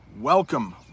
welcome